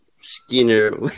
skinner